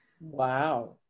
Wow